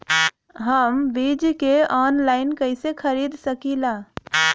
हम बीज के आनलाइन कइसे खरीद सकीला?